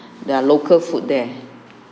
the local food there